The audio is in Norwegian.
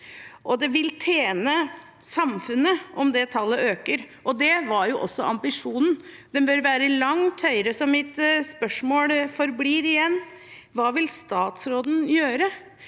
Det vil tjene samfunnet om det tallet øker, og det var også ambisjonen. Det bør være langt høyere, så mitt spørsmål blir igjen: Hva vil statsråden gjøre?